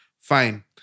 Fine